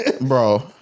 Bro